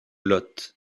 lot